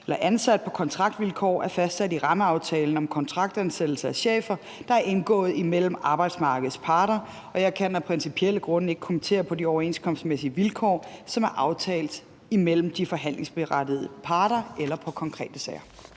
ansat på kontraktvilkår, er fastsat i rammeaftalen om kontraktansættelse af chefer, der er indgået imellem arbejdsmarkedets parter, og jeg kan af principielle grunde ikke kommentere på de overenskomstmæssige vilkår, som er aftalt imellem de forhandlingsberettigede parter, eller på konkrete sager.